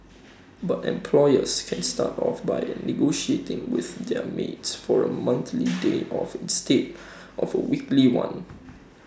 but employers can start off by negotiating with their maids for A monthly day off instead of A weekly one